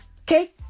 Okay